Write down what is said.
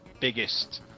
biggest